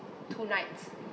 two nights